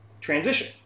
transition